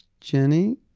Jenny